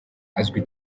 azwi